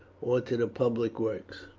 or to the public works.